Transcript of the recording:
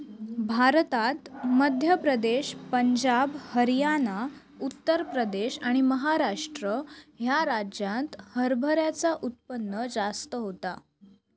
भारतात मध्य प्रदेश, पंजाब, हरयाना, उत्तर प्रदेश आणि महाराष्ट्र ह्या राज्यांत हरभऱ्याचा उत्पन्न जास्त होता